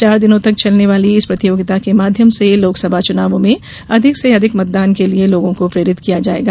चार दिनों तक चलने वाली इस प्रतियोगिता के माध्यम से लोकसभा चुनावों में अधिक से अधिक मतदान के लिये लोगों को प्रेरित किया जाएगा